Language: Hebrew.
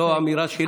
זו האמירה שלי.